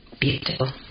Beautiful